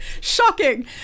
shocking